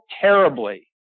terribly